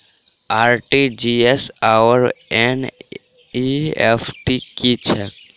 RTGS आओर NEFT की छैक?